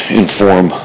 inform